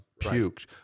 puked